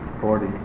Forty